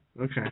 Okay